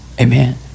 Amen